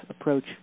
approach